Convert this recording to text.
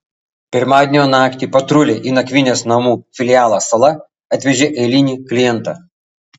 pirmadienio naktį patruliai į nakvynės namų filialą sala atvežė eilinį klientą